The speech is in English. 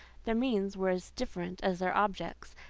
their means were as different as their objects,